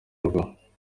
rwa